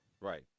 right